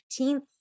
15th